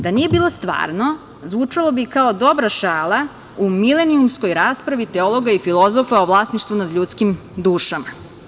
Da nije bilo stvarno zvučalo bi kao dobra šala u milenijumskoj raspravi teologa i filozofa o vlasništvu nad ljudskim dušama.